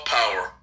power